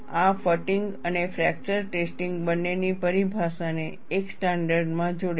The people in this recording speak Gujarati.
આ ફટીગ અને ફ્રેક્ચર ટેસ્ટિંગ બંનેની પરિભાષા ને એક સ્ટાન્ડર્ડમાં જોડે છે